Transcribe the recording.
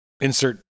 Insert